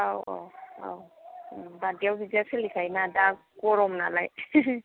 औ औ औ बार्थडे आव बिदिया सोलिखायोना दा गरमनालाय